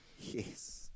Yes